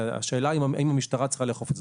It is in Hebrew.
השאלה היא האם המשטרה צריכה לאכוף את זה,